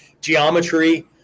Geometry